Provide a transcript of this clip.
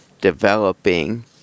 developing